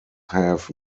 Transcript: have